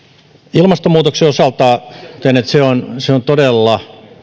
ilmastonmuutoksen osalta totean että se on se on todella